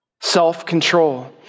Self-control